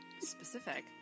Specific